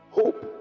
hope